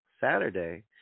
Saturday